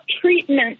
treatment